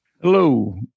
Hello